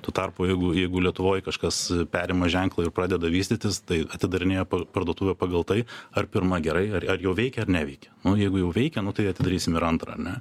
tuo tarpu jeigu jeigu lietuvoj kažkas perima ženklą ir pradeda vystytis tai atidarinėja parduotuvę pagal tai ar pirma gerai ar ar jau veikia ar neveikia nu jeigu jau veikia nu tai atidarysim ir antrą ar ne